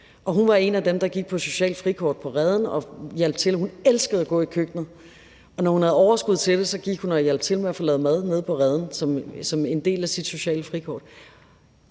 Hun var en af dem, der gik på socialt frikort på Reden og hjalp til. Hun elskede at gå i køkkenet. Når hun havde overskud til det, gik hun og hjalp til med at lave mad nede på Reden som en del af sit sociale frikort.